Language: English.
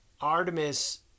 Artemis